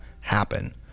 happen